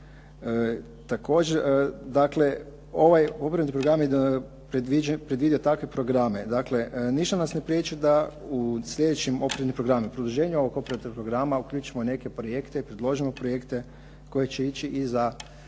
Dakle, ovaj operativni program predvidio je takve programe, dakle ništa nas ne priječi da u sljedećem operativnom programu, produženju ovog operativnog programa uključimo neke projekte, predložimo projekte koji će ići i za